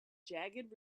jagged